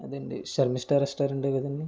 అదేనండి సెర్మిష్ఠా రెస్టారెంట్ ఏ కదండి